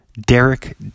Derek